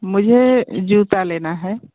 मुझे जूता लेना है